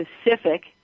specific